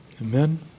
Amen